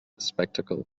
spectacle